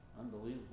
unbelievable